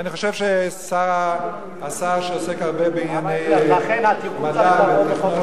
ואני חושב שהשר שעוסק הרבה בענייני מדע והטכנולוגיה,